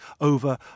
over